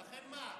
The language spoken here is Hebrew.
ולכן מה?